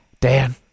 Dan